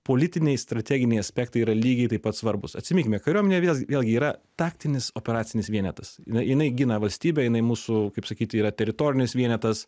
politiniai strateginiai aspektai yra lygiai taip pat svarbūs atsiminkime kariuomenė vėl vėlgi yra taktinis operacinis vienetas jinai jinai gina valstybę jinai mūsų kaip sakyti yra teritorinis vienetas